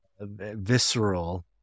visceral